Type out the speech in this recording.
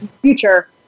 future